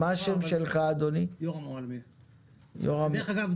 דרך אגב,